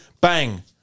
Bang